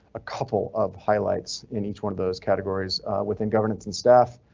a couple of highlights in each one of those categories within governance and staff.